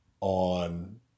on